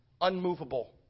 unmovable